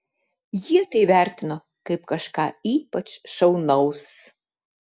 jie tai vertino kaip kažką ypač šaunaus